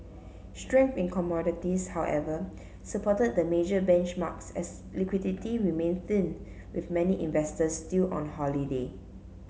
strength in commodities however supported the major benchmarks as liquidity remained thin with many investors still on holiday